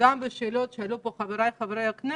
גם בשאלות שהעלו פה חבריי חברי הכנסת,